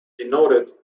denoted